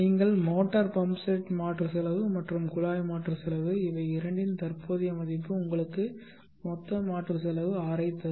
நீங்கள் motor pump set மாற்று செலவு மற்றும் குழாய் மாற்று செலவு இவை இரண்டின் தற்போதைய மதிப்பு உங்களுக்கு மொத்த மாற்று செலவு R ஐ தரும்